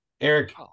eric